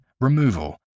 removal